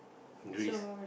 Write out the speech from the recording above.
risk